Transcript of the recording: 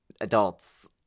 Adults